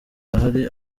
arahari